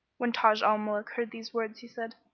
when taj al-muluk heard these words, he said,